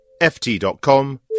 ft.com